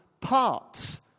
parts